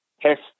test